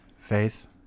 Faith